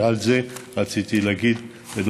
ועל זה רציתי לדבר,